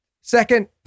second